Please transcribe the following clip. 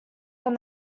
from